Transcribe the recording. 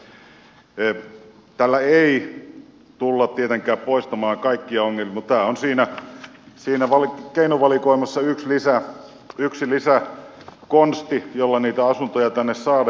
tällä ei tulla tietenkään poistamaan kaikkia ongelmia mutta tämä on siinä keinovalikoimassa yksi lisäkonsti jolla niitä asuntoja tänne saadaan